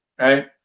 right